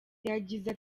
yagize